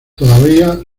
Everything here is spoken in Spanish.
todavía